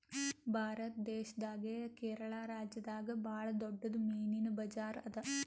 ಭಾರತ್ ದೇಶದಾಗೆ ಕೇರಳ ರಾಜ್ಯದಾಗ್ ಭಾಳ್ ದೊಡ್ಡದ್ ಮೀನಿನ್ ಬಜಾರ್ ಅದಾ